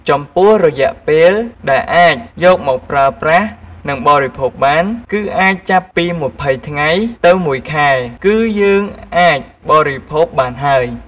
ចំពោះរយៈពេលដែលអាចយកមកប្រើប្រាស់និងបរិភោគបាន គឺអាចចាប់ពីម្ភៃថ្ងៃ ទៅមួយខែ គឺយើងអាចបរិភោគបានហើយ។